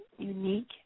unique